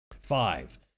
Five